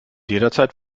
jederzeit